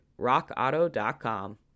rockauto.com